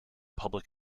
public